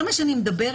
כל מה שאני אומרת,